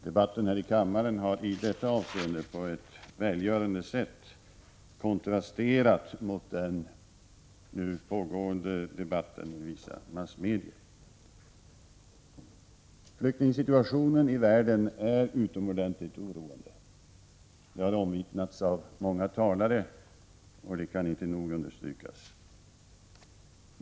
Debatten här i kammaren har i detta avseende på ett välgörande sätt konstrasterat mot den nu pågående debatten i vissa massmedia. Flyktingsituationen i världen är utomordentligt oroande. Detta har omvittnats av många talare, och det kan inte nog understrykas.